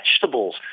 vegetables